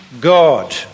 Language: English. God